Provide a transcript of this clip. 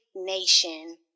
nation